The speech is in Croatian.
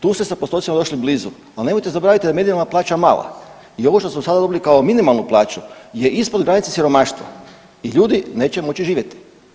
Tu ste sa postocima došli blizu, ali nemojte zaboraviti da medijalna plaća mala i ovo što smo sada dobili kao minimalnu plaću je ispod granice siromaštva i ljudi neće moći živjeti.